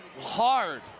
hard